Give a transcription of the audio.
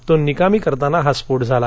तो निकामी करताना हा स्फोट झाला